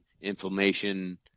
inflammation